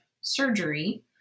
surgery